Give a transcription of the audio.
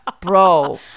Bro